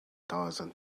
thousand